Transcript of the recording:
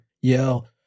yell